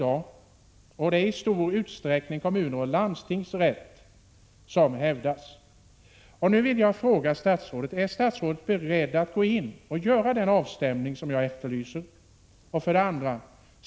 Det är i | stor utsträckning kommunernas och landstingens rätt som hävdas. 119 Jag vill nu därför ställa följande frågor till statsrådet: Är statsrådet beredd att gå in och göra den avstämning som jag efterlyser?